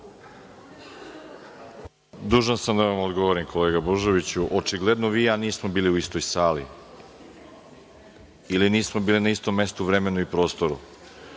Dužan sam da vam odgovorim kolega Božoviću. Očigledno da vi i ja nismo bili u istoj sali ili nismo bili na istom mestu, u vremenu i prostoru.